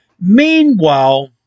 Meanwhile